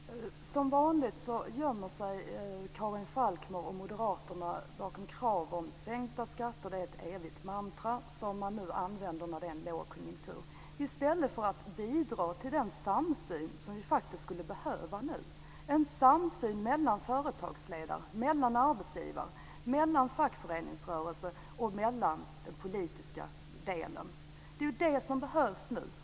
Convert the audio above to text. Fru talman! Som vanligt gömmer sig Karin Falkmer och moderaterna bakom krav om sänkta skatter - det är ett evigt mantra som man använder när det är en lågkonjunktur - i stället för att bidra till den samsyn som vi faktiskt skulle behöva nu. Det handlar om en samsyn mellan företagsledare, mellan arbetsgivare, i fackföreningsrörelsen och i den politiska delen. Det är det som behövs nu.